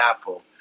Apple